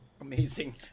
Amazing